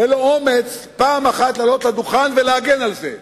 ואין לו אומץ פעם אחת לעלות לדוכן ולהגן עליה.